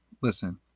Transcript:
listen